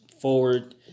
forward